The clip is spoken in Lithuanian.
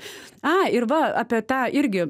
a ir va apie tą irgi